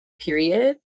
period